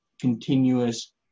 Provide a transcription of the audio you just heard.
continuous